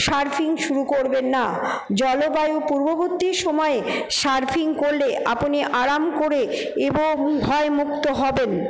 surfing শুরু করবেন না জলবায়ু পূর্ববর্তী সময়ে সার্ফিং করলে আপনি আরাম করে এবং ভয়মুক্ত হবেন